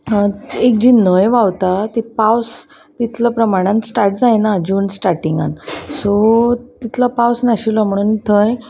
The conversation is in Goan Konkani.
एक जी न्हंय व्हांवता ती पावस तितलो प्रमाणान स्टार्ट जायना जून स्टार्टींगान सो तितलो पावस नाशिल्लो म्हणून थंय